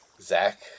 Zach